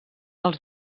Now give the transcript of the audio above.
els